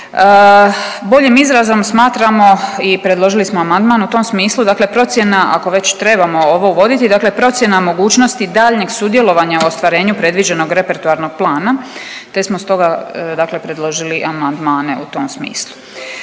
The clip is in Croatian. Boljim izrazom smatramo i predložili smo amandman u tom smislu dakle procjena ako već trebamo ovo uvoditi dakle procjena mogućnosti daljnjeg sudjelovanja u ostvarenju predviđenog repertoarnog plana te smo stoga predložili amandmane u tom smislu.